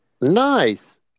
Nice